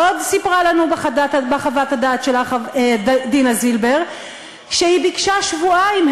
עוד סיפרה לנו בחוות הדעת שלה דינה זילבר שהיא ביקשה שבועיים,